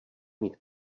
mít